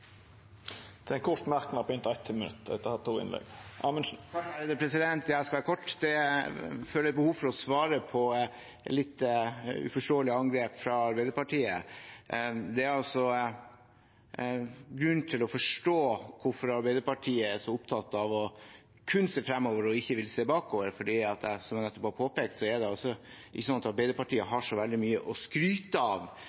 til ein kort merknad, avgrensa til inntil 1 minutt. Jeg skal være kort. Jeg føler behov for å svare på litt uforståelige angrep fra Arbeiderpartiet. Det er grunn til å forstå hvorfor Arbeiderpartiet er så opptatt av kun å se fremover og ikke vil se bakover, for – som jeg nettopp har påpekt – det er ikke sånn at Arbeiderpartiet